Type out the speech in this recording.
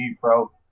pro